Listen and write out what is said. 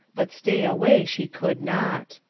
but stay away she could not.